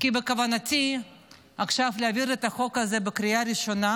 כי בכוונתי להעביר עכשיו את החוק הזה בקריאה ראשונה,